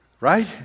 right